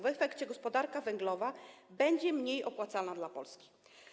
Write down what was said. W efekcie gospodarka węglowa będzie mniej opłacalna dla Polski.